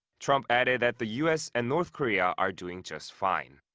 trump added that the u s. and north korea are doing just fine.